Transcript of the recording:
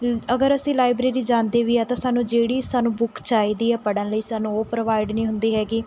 ਅਗਰ ਅਸੀਂ ਲਾਈਬ੍ਰੇਰੀ ਜਾਂਦੇ ਵੀ ਹਾਂ ਤਾਂ ਸਾਨੂੰ ਜਿਹੜੀ ਸਾਨੂੰ ਬੁੱਕ ਚਾਹੀਦੀ ਹੈ ਪੜ੍ਹਨ ਲਈ ਸਾਨੂੰ ਉਹ ਪ੍ਰੋਵਾਈਡ ਨਹੀਂ ਹੁੰਦੀ ਹੈਗੀ